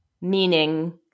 meaning